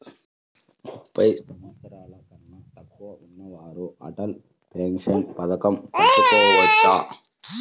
ముప్పై సంవత్సరాలకన్నా తక్కువ ఉన్నవారు అటల్ పెన్షన్ పథకం కట్టుకోవచ్చా?